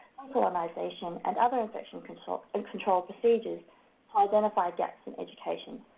decolonisation and other infection control and control procedures, to identify gaps in education,